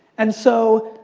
and so,